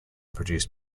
produced